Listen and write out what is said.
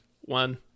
One